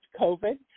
COVID